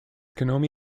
konami